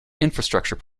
infrastructure